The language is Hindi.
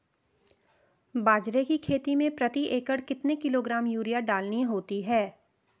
बाजरे की खेती में प्रति एकड़ कितने किलोग्राम यूरिया डालनी होती है?